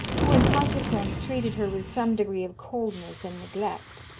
who, in consequence, treated her with some degree of coldness and neglect.